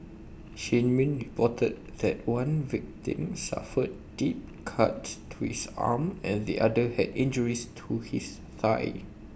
shin min reported that one victim suffered deep cuts to his arm and the other had injuries to his thigh